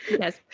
Yes